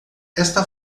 esta